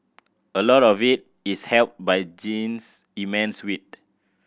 a lot of it is helped by Jean's immense wit